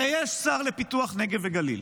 הרי יש שר לפיתוח נגב וגליל.